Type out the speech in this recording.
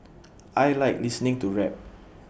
I Like listening to rap